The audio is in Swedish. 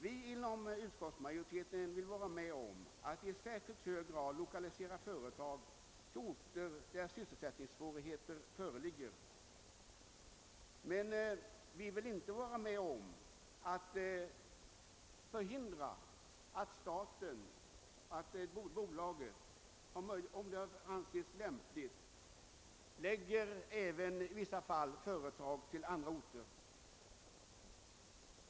Vi inom utskottsmajoriteten vill vara med om att i särskilt hög grad lokalisera företag till orter där sysselsättningssvårigheter föreligger, men vi vill inte vara med om att hindra att bolaget, om så anses lämpligt, i vissa fall förlägger företag även till andra orter.